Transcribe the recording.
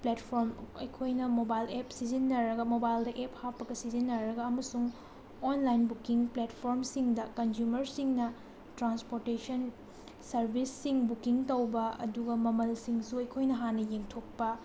platform ꯑꯩꯈꯣꯏꯅ mobile app ꯁꯤꯖꯤꯟꯅꯔꯒ ꯃꯣꯕꯥꯏꯜꯗ ꯑꯦꯞ ꯍꯥꯞꯂꯒ ꯁꯤꯖꯤꯟꯅꯔꯒ ꯑꯃꯁꯨꯡ ꯑꯣꯟꯂꯥꯏꯟ ꯕꯨꯛꯀꯤꯡ ꯄ꯭ꯂꯦꯠꯐꯣꯝꯁꯤꯡꯗ ꯀꯟꯖꯨꯃꯔꯁꯤꯡꯅ ꯇ꯭ꯔꯥꯟꯁꯄꯣꯔꯇꯦꯁꯟ ꯁꯔꯕꯤꯁꯁꯤꯡ ꯕꯨꯛꯀꯤꯡ ꯇꯧꯕ ꯑꯗꯨꯒ ꯃꯃꯜꯁꯤꯡꯁꯨ ꯑꯩꯈꯣꯏꯅ ꯍꯥꯟꯅ ꯌꯦꯡꯊꯣꯛꯄ